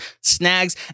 snags